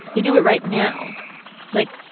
he'd do it right now like,